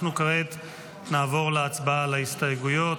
אנחנו כעת נעבור להצבעה על ההסתייגויות.